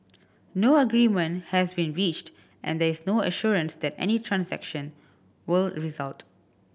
no agreement has been reached and there is no assurance that any transaction will result